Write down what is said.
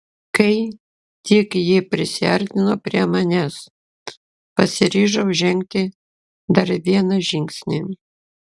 kai tik ji prisiartino prie manęs pasiryžau žengti dar vieną žingsnį